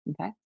Okay